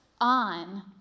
on